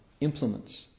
implements